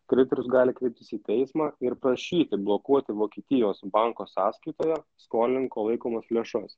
kreditorius gali kreiptis į teismą ir prašyti blokuoti vokietijos banko sąskaitoje skolininko laikomas lėšas